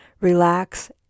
relax